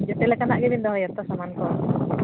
ᱡᱮᱛᱮ ᱞᱮᱠᱟᱱᱟᱜ ᱜᱮᱵᱮᱱ ᱫᱚᱦᱚᱭᱟ ᱛᱚ ᱥᱟᱢᱟᱱ ᱠᱚ